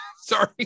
sorry